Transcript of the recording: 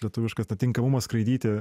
lietuviškas tą tinkamumą skraidyti